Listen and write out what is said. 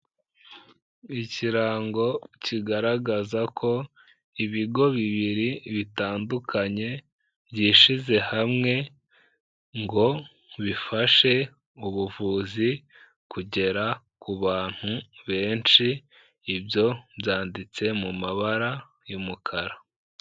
Ikirango kigaragaza ko, ibigo bibiri bitandukanye, byishyize hamwe, ngo bifashe ubuvuzi kugera ku bantu benshi, ibyo byanditse mu mabara y'umukara.